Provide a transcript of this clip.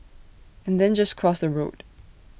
and then just cross the road